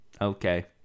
Okay